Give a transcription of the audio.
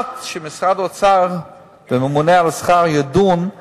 עד שמשרד האוצר והממונה על השכר ידונו